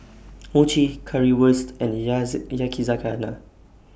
Mochi Currywurst and Yakizakana